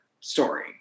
story